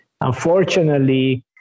Unfortunately